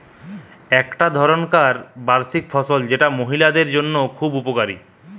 একটো ধরণকার বার্ষিক ফসল যেটা মহিলাদের লিগে উপকারী